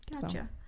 Gotcha